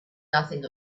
nothing